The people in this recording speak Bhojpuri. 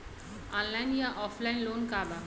ऑनलाइन या ऑफलाइन लोन का बा?